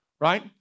right